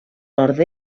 nord